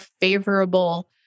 favorable